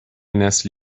نسل